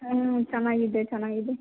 ಹ್ಞೂ ಚೆನ್ನಾಗಿದೆ ಚೆನ್ನಾಗಿದೆ